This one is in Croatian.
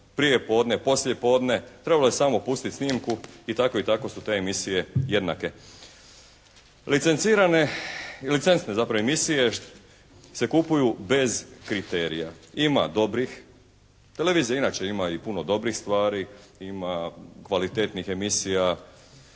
prijepodne, poslijepodne. Trebalo je samo pustiti snimku. I tako i tako su te emisije jednake. Licencirane, licencne zapravo emisije se kupuju bez kriterija. Ima dobrih. Televizija inače ima i puno dobrih stvari. Ima kvalitetnih emisija